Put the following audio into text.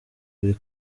kuri